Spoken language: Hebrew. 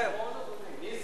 נסים עוד לא דיבר היום.